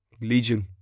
Legion